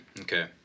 Okay